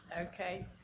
okay